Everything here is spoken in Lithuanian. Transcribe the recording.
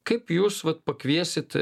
kaip jūs vat pakviesit